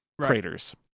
craters